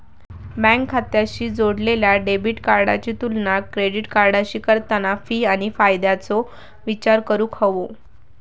bank खात्याशी जोडलेल्या debit कार्डाची तुलना क्रेडिट कार्डाशी करताना फी आणि फायद्याचो विचार करूक हवो